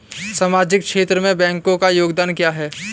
सामाजिक क्षेत्र में बैंकों का योगदान क्या है?